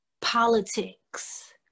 politics